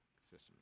Systems